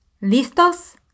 Listos